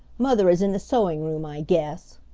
mother is in the sewing room, i guess!